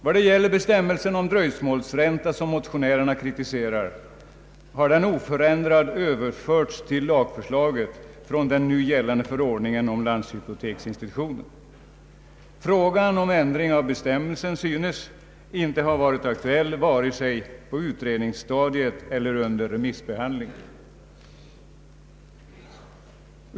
Vad gäller bestämmelsen om dröjsmålsränta, som motionärerna kritiserar, har den oförändrad överförts till lagförslaget från den nu gällande förordningen om landshypoteksinstitutionen. Frågan om ändring av bestämmelsen synes inte ha varit aktuell vare sig på utredningsstadiet eller under remissbehandlingen.